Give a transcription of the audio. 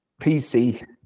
PC